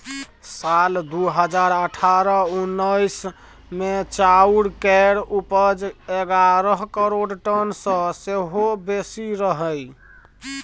साल दु हजार अठारह उन्नैस मे चाउर केर उपज एगारह करोड़ टन सँ सेहो बेसी रहइ